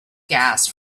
gas